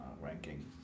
ranking